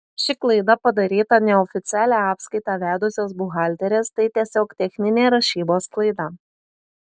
ši klaida padaryta neoficialią apskaitą vedusios buhalterės tai tiesiog techninė rašybos klaida